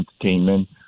entertainment